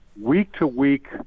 week-to-week